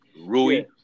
Rui